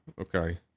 okay